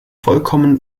vollkommen